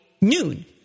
noon